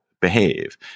behave